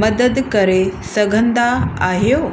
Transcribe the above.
मदद करे सघंदा आहियो